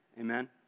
Amen